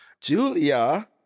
Julia